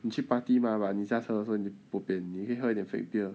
你去 party 吗 but 你驾车的时候你 bopian 你可以喝一点 fake beer